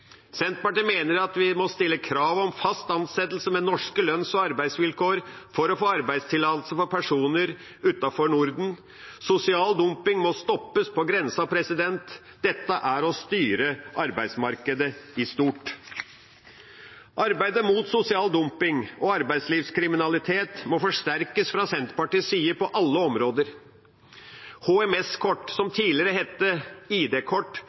Senterpartiet mener at vi må stille krav om fast ansettelse med norske lønns- og arbeidsvilkår for å få arbeidstillatelse for personer utenfor Norden. Sosial dumping må stoppes på grensa. Dette er å styre arbeidsmarkedet i stort. Arbeidet mot sosial dumping og arbeidslivskriminalitet må forsterkes fra Senterpartiets side på alle områder. HMS-kort, som